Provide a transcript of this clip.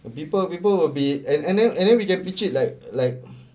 people people will be and and then and then we get pitch it like like